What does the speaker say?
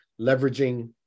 leveraging